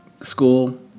School